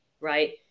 right